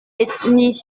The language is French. bétheny